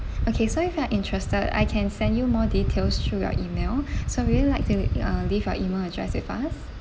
okay so if you are interested I can send you more details through your email so would you like to uh leave your email address with us